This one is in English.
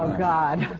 god!